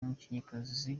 umukinnyikazi